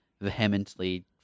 vehemently